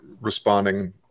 responding